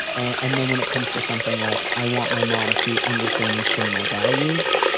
and then when it comes to something like i want my mom to understand and share my values,